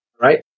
right